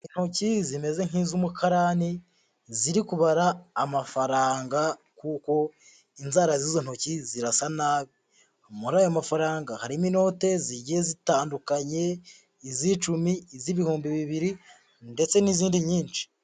Intoki zimeze nk'iz'umukarani ziri kubara amafaranga kuko inzara z'izo ntoki zirasa nabi, muri ayo mafaranga harimo inote zigiye zitandukanye, iz'icumi, iz'ibihumbi bibiri ndetse n'izindi nyinshi.